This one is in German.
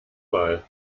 mal